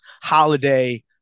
holiday